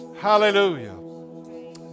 Hallelujah